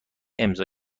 امضا